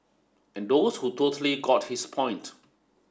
and those who totally got his point